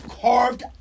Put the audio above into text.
carved